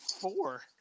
four